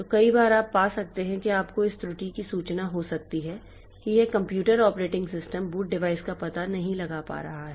तो कई बार आप पा सकते हैं आपको इस त्रुटि की सूचना हो सकती है कि यह computer operating system boot device का पता नहीं लगा पा रहा है